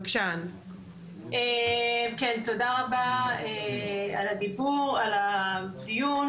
תודה רבה על הדיון.